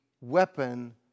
weapon